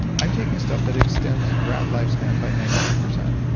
i'm taking stuff that extends rat lifespan by ninety three percent,